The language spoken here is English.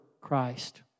Christ